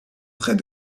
près